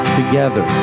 together